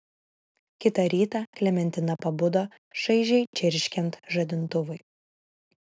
kitą rytą klementina pabudo šaižiai čirškiant žadintuvui